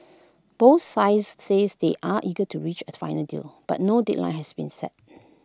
both sides says they are eager to reach A final deal but no deadline has been set